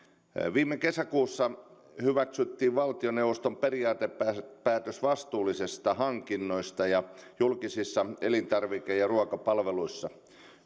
viime kesäkuussa hyväksyttiin valtioneuvoston periaatepäätös vastuullisista hankinnoista julkisissa elintarvike ja ruokapalveluissa